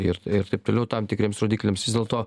ir ir taip toliau tam tikriems rodikliams vis dėlto